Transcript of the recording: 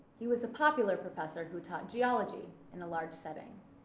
he was a popular professor who taught geology in a large setting.